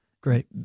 great